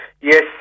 Yes